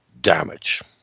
damage